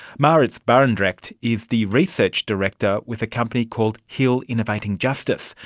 maurits barendrecht is the research director with a company called hill innovating justice,